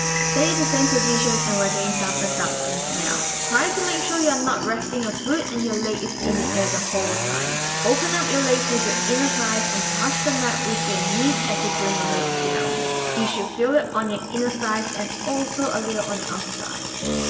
stay the same position and we are doing some abductions now. try to make sure you are not resting your foot and your leg is in the air the whole time open up your legs with your inner thighs and touch the mat with your knees as you bring your leg down you should feel it on your inner thighs and also a little on your outer thighs